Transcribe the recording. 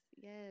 Yes